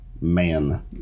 man